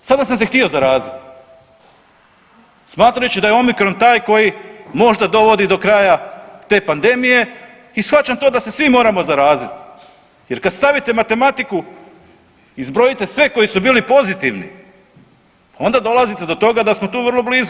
Sada sam se htio zaraziti smatrajući da je omikron taj koji možda dovodi do kraja te pandemije i shvaćam da se svi moramo zaraziti jer kad stavite matematiku i zbrojite sve koji su bili pozitivni onda dolazite do toga da smo tu vrlo blizu.